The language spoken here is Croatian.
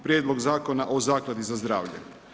Prijedlog zakona o zakladi za zdravlje.